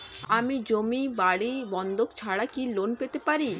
আমি জমি বাড়ি বন্ধক ছাড়া কি ঋণ পেতে পারি?